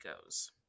goes